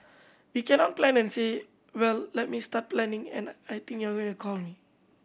we cannot plan and say well let me start planning and I think you are to call me